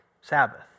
Sabbath